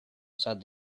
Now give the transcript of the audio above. said